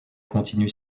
continue